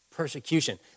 persecution